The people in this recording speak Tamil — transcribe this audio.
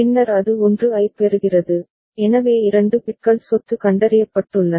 பின்னர் அது 1 ஐப் பெறுகிறது எனவே 2 பிட்கள் சொத்து கண்டறியப்பட்டுள்ளன